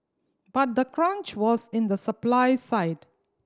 but the crunch was in the supply side